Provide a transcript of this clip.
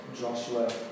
Joshua